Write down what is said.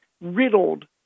riddled